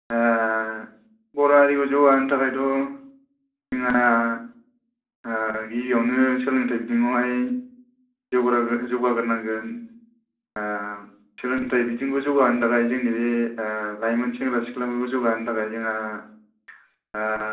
बर' हारिखौ जौगाहोनो थाखायथ' जोंहा गिबियावनो सोलोंथाइ बिथिङावहाय जौगाग्रोनांगोन सोलोंथाइ बिथिंखौ जौगा होनो थाखाय जोंनि बे लाइमोन सेंग्रा सिख्लाफोरखौ जौगा होनो थाखाय जोंहा